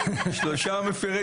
המצלמה